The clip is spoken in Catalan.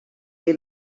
que